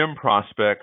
prospects